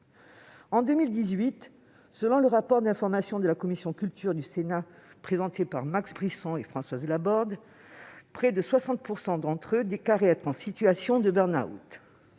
En 2018, selon le rapport d'information de la commission de la culture du Sénat présenté par Max Brisson et Françoise Laborde, près de 60 % d'entre eux déclaraient être en situation de burn-out.